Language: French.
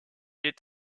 est